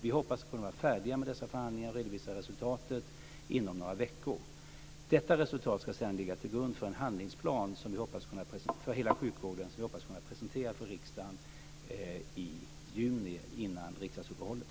Vi hoppas att kunna vara färdiga med dessa förhandlingar och redovisa resultatet inom några veckor. Detta resultat ska sedan ligga till grund för en handlingsplan för hela sjukvården som vi hoppas kunna presentera för riksdagen i juni, innan riksdagsuppehållet.